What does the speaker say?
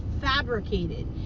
fabricated